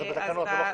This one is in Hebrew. זה בתקנות, זה לא חוק.